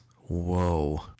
Whoa